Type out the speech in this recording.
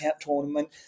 tournament